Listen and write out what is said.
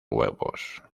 huevos